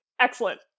excellent